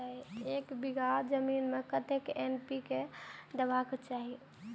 एक बिघा जमीन में कतेक एन.पी.के देबाक चाही?